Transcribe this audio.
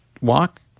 walk